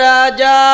Raja